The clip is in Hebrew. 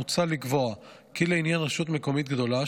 מוצע לקבוע כי לעניין רשות מקומית גדולה,